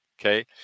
Okay